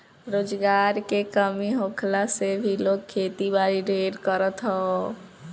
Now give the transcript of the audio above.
रोजगार के कमी होखला से भी लोग खेती बारी ढेर करत हअ